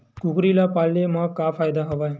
कुकरी ल पाले म का फ़ायदा हवय?